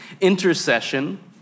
intercession